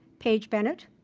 paige bennett,